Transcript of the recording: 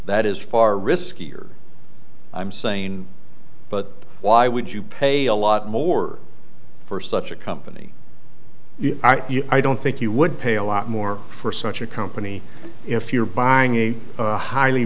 that is far riskier i'm saying but why would you pay a lot more for such a company i don't think you would pay a lot more for such a company if you're buying a highly